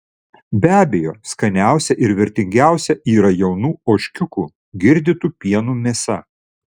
be abejo skaniausia ir vertingiausia yra jaunų ožkiukų girdytų pienu mėsa